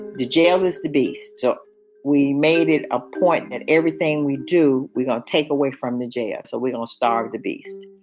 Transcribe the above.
the jail is the base. so we made it a point that everything we do, we don't take away from the jail. so we all starve the beast